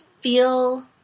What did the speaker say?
feel